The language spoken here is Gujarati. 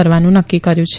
કરવાનું નકકી કર્યુ છે